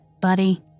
Buddy